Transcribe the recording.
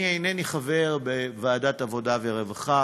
אני אינני חבר בוועדת העבודה והרווחה,